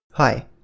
Hi